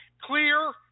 Clear